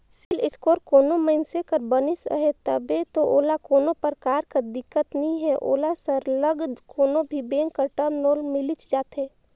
CIBIL score कोनो मइनसे कर बनिस अहे तब दो ओला कोनो परकार कर दिक्कत नी हे ओला सरलग कोनो भी बेंक कर टर्म लोन मिलिच जाथे